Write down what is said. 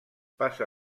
passa